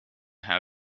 how